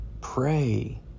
Pray